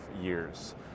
years